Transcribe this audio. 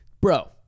Bro